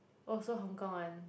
also Hong-Kong one